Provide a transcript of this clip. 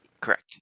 Correct